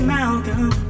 Malcolm